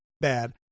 bad